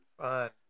fun